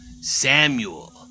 Samuel